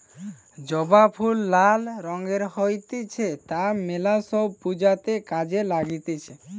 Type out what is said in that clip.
জবা ফুল লাল রঙের হতিছে তা মেলা সব পূজাতে কাজে লাগতিছে